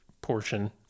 portion